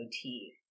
motif